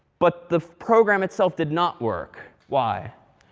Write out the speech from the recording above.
but the program itself did not work. why?